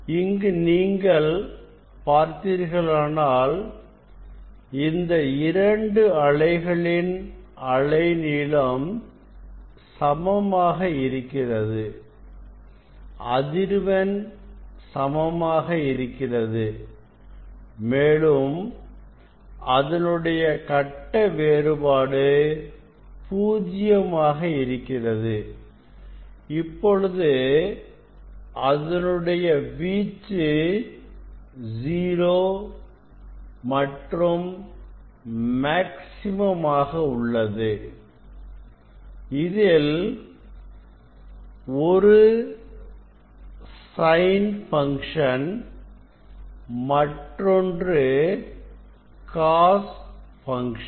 இங்கு நீங்கள் பார்த்தீர்களானால் இந்த இரண்டு அலைகளின் அலைநீளம் சமமாக இருக்கிறது அதிர்வெண் சமமாக இருக்கிறது மேலும் அதனுடைய கட்ட வேறுபாடு பூஜ்யமாக இருக்கிறது இப்பொழுது அதனுடைய வீச்சு ஜீரோ மற்றும் மேக்ஸிமம் ஆக உள்ளது இதில் 1 சைன் பங்க்ஷன் மற்றொன்று காஸ் பங்க்ஷன்